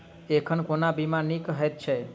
एखन कोना बीमा नीक हएत छै?